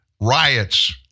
riots